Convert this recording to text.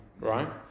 right